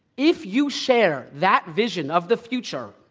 if you share that vision of the future,